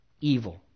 evil